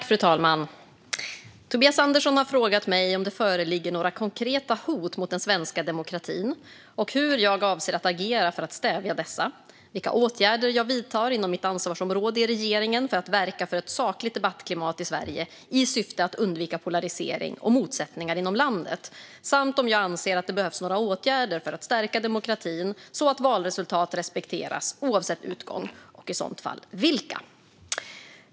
Fru talman! Tobias Andersson har frågat mig om det föreligger några konkreta hot mot den svenska demokratin och hur jag avser att agera för att stävja dessa, vilka åtgärder jag vidtar inom mitt ansvarsområde i regeringen för att verka för ett sakligt debattklimat i Sverige i syfte att undvika polarisering och motsättningar inom landet samt om jag anser att det behövs några åtgärder för att stärka demokratin så att valresultat respekteras oavsett utgång, och i så fall vilka.